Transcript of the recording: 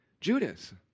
Judas